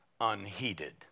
unheeded